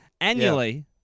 annually